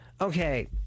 Okay